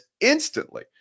instantly